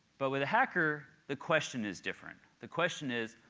but with a hacker, the question is different. the question is,